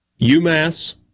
UMass